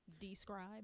Describe